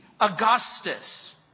Augustus